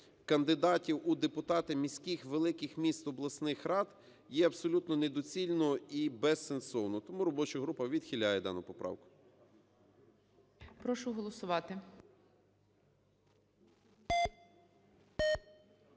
"кандидатів у депутати міських (великих міст), обласних рад" є абсолютно недоцільно і безсенсовно. Тому робоча група відхиляє дану поправку.